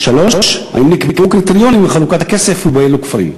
3. האם נקבעו קריטריונים לחלוקת הכסף ובאילו כפרים?